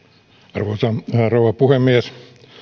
arvoisa rouva puhemies